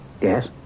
Yes